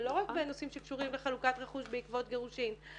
ולא רק בנושאים שקשורים בחלוקת הרכוש בעקבות גירושין.